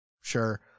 sure